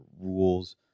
rules